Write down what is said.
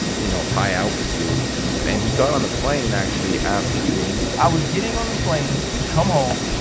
you know, high-altitude. and he got on the plane, actually after the game i was getting on a plane to come home,